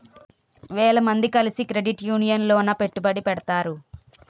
వేల మంది కలిసి క్రెడిట్ యూనియన్ లోన పెట్టుబడిని పెడతారు